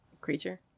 creature